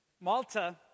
malta